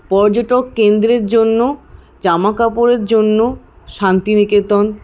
পর্যটক কেন্দ্রের জন্য জামাকাপড়ের জন্য শান্তিনিকেতন